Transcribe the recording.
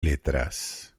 letras